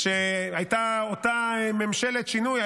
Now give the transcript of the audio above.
כשהייתה אותה ממשלת שינוי.